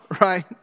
right